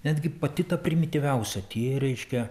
netgi pati primityviausia tie reiškia